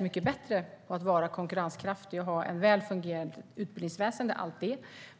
mycket bättre på att vara konkurrenskraftig och ha ett väl fungerande utbildningsväsen.